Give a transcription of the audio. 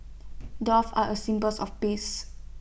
doves are A symbols of peace